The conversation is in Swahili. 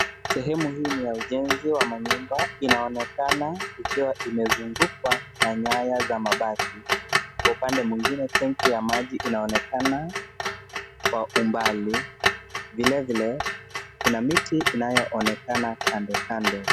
Sehemu hii ni ya ujenzi wa manyumba. Inaonekana ikiwa imezungukwa na nyaya za mabati. Upande mwingine, tanki ya maji inaonekana kwa mbali. Vilevile, kuna miti inayoonekana kandokando.